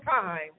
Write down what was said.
time